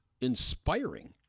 inspiring